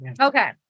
Okay